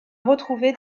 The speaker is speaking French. retrouvé